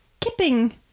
Kipping